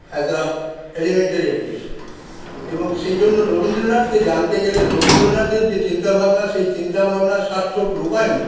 as a elementary education এবং সেই জন্য রবীন্দ্রনাথকে জানতে গেলে রবীন্দ্রনাথের যে চিন্তাভাবনা সেই চিন্তাভাবনার সার্থক রূপায়ণ